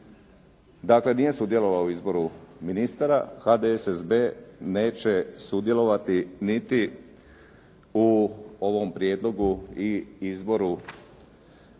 Dakle nije sudjelovao u izboru ministara. HDSSB neće sudjelovati niti u ovom prijedlogu i izboru